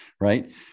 right